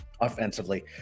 offensively